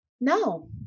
no